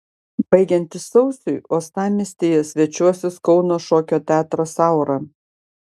baigiantis sausiui uostamiestyje svečiuosis kauno šokio teatras aura